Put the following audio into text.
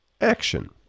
action